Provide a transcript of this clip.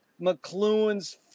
McLuhan's